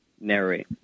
narrate